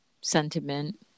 sentiment